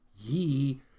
Ye